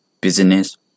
business